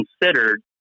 considered